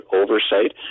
oversight